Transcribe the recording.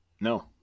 no